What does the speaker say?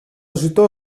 ζητώ